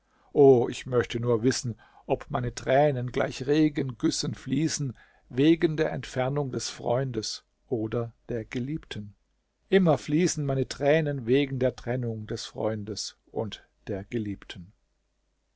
o ich möchte nur wissen ob meine tränen gleich regengüssen fließen wegen der entfernung des freundes oder der geliebten immer fließen meine tränen wegen der trennung des freundes und der geliebten